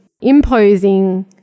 imposing